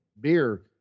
beer